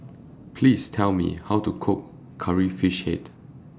Please Tell Me How to Cook Curry Fish Head